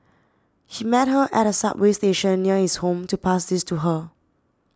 she met her at a subway station near his home to pass these to her